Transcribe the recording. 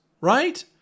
right